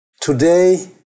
Today